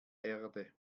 erde